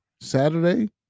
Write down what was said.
Saturday